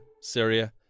Syria